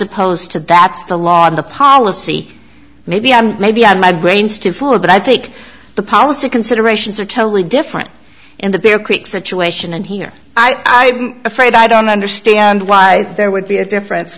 opposed to that's the law on the policy maybe i'm maybe i'm my brain stiffler but i think the policy considerations are totally different in the bear creek situation and here i'm afraid i don't understand why there would be a difference